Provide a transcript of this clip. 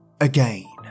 again